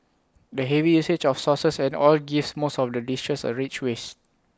the heavy usage of sauces and oil gives most of the dishes A rich waste